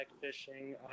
fishing